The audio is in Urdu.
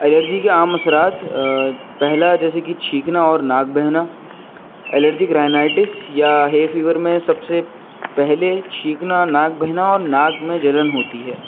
الرجی کے عام اثرات پہلا جیسے کہ چھینکنا اور ناک بہنا الرجک رائنائٹس یا ہئی فیور میں سب سے پہلے چھینکنا ناک بہنا اور ناک میں جلن ہوتی ہے